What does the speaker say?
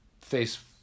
face